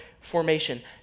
formation